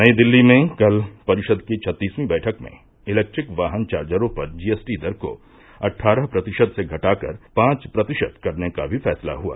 नई दिल्ली में कल परिषद की छत्तीसवीं बैठक में इलेक्ट्रिक वाहन चार्जरों पर जीएसटी दर को अट्ठारह प्रतिशत से घटाकर पांच प्रतिशत करने का भी फैसला हुआ